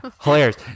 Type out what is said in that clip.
Hilarious